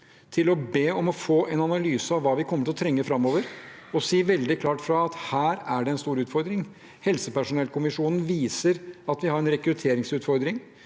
til å be om å få en analyse av hva vi kommer til å trenge framover, og si veldig klart fra at her er det en stor utfordring. Helsepersonellkommisjonen viser at vi har en rekrutteringsutfordring.